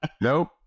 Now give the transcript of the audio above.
Nope